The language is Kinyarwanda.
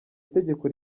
itegeko